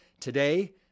Today